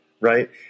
right